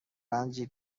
رنجی